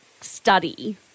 study